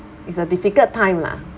it's a difficult time lah